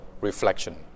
reflection